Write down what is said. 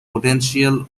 potential